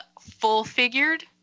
Full-figured